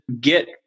get